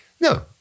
No